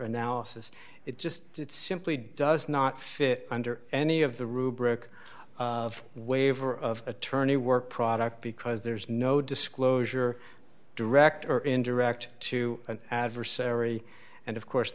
analysis it just simply does not fit under any of the rubric of waiver of attorney work product because there is no disclosure direct or indirect to an adversary and of course